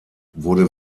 wurde